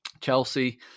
Chelsea